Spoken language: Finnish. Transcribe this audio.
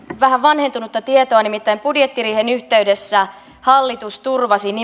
vähän vanhentunutta tietoa nimittäin budjettiriihen yhteydessä hallitus turvasi